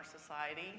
society